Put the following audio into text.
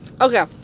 Okay